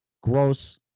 Gross